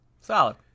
Solid